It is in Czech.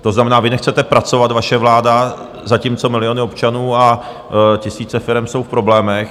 To znamená, vy nechcete pracovat, vaše vláda, zatímco miliony občanů a tisíce firem jsou v problémech.